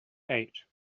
eight